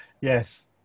Yes